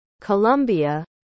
Colombia